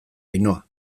ainhoa